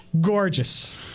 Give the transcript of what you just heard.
gorgeous